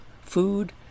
food